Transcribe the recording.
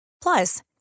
Plus